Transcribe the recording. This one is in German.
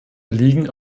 liegen